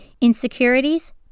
Insecurities